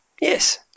Yes